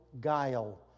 guile